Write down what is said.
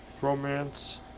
romance